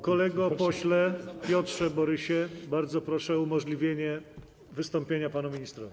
Kolego pośle Piotrze Borysie, bardzo proszę o umożliwienie wystąpienia panu ministrowi.